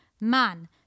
Man